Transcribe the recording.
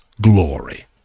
glory